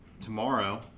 tomorrow